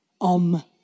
Om